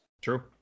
True